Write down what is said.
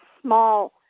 small